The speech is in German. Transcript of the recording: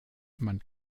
man